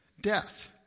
death